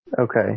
Okay